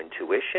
intuition